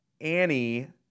Annie